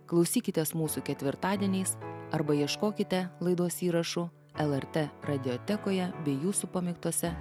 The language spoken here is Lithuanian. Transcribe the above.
klausykitės mūsų ketvirtadieniais arba ieškokite laidos įrašų lrt radiotekoje bei jūsų pamėgtose